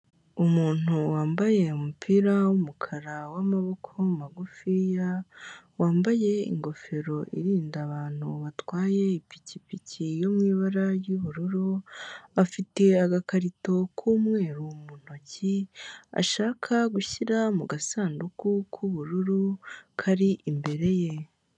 Umuntu wambaye umupira w'umukara w'amaboko magufiya, wambaye ingofero irinda abantu batwaye ipikipiki yo mu ibara ry'ubururu, afite agakarito k'umweru mu ntoki ashaka gushyira mu gasanduku k'ubururu kari imbere ye.